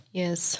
yes